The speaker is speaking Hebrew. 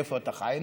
איפה אתה חי?